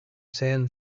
san